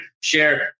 share